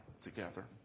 together